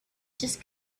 just